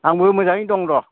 आंबो मोजाङै दं र'